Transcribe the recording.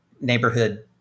neighborhood